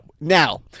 now